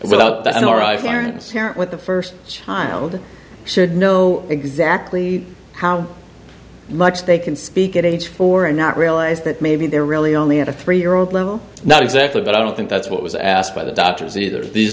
parent with the first child should know exactly how much they can speak at age four and not realize that maybe they're really only at a three year old level not exactly but i don't think that's what was asked by the doctors either these